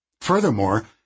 Furthermore